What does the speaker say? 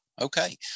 Okay